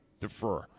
defer